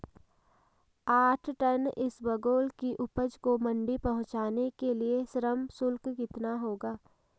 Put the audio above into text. आठ टन इसबगोल की उपज को मंडी पहुंचाने के लिए श्रम शुल्क कितना होगा?